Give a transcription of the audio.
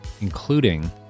including